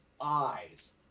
eyes